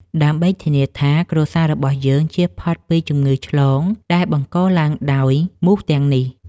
ដើម្បីធានាថាគ្រួសាររបស់យើងចៀសផុតពីជំងឺឆ្លងដែលបង្កឡើងដោយមូសទាំងនេះ។